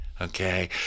Okay